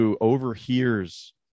overhears